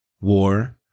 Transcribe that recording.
war